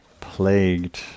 plagued